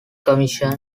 commission